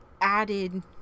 added